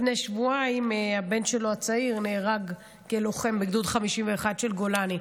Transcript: לפני שבועיים הבן הצעיר שלו נהרג כלוחם בגדוד 51 של גולני,